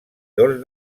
dos